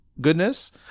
goodness